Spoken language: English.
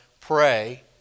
pray